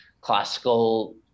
classical